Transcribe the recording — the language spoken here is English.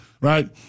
right